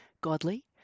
godly